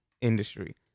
industry